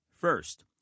First